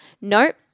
nope